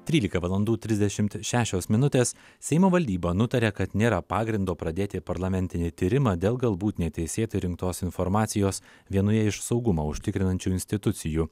trylika valandų trisdešimt šešios minutės seimo valdyba nutarė kad nėra pagrindo pradėti parlamentinį tyrimą dėl galbūt neteisėtai rinktos informacijos vienoje iš saugumą užtikrinančių institucijų